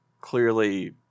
clearly